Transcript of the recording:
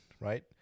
right